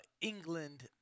England